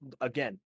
again